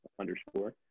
Underscore